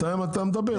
בינתיים אתה מדבר.